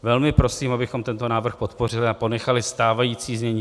Velmi prosím, abychom tento návrh podpořili a ponechali stávající znění.